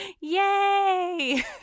yay